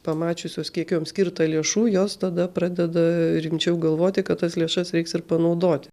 pamačiusios kiek jom skirta lėšų jos tada pradeda rimčiau galvoti kad tas lėšas reiks ir panaudoti